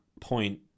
point